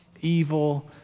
evil